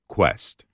Quest